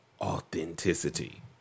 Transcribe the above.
authenticity